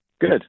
Good